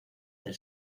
del